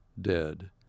dead